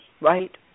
Right